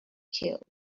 killed